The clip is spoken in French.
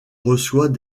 reçoit